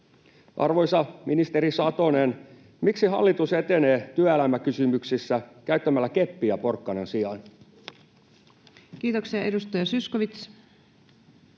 Arvoisa ministeri Satonen: miksi hallitus etenee työelämäkysymyksissä käyttämällä keppiä porkkanan sijaan? [Speech 102] Speaker: